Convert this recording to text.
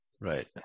Right